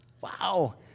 Wow